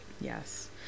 Yes